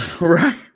Right